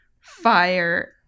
fire